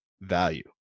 value